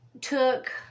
took